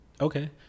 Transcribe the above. Okay